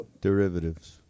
derivatives